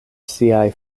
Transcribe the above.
siaj